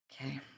Okay